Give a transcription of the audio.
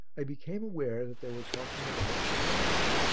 i became aware that they were talking about the lottery.